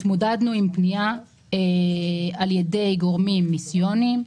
התמודדנו עם פנייה על ידי גורמים מיסיונים,